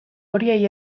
horiei